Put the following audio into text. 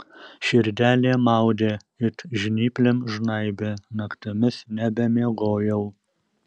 širdelė maudė it žnyplėm žnaibė naktimis nebemiegojau